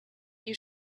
you